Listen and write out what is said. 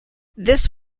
this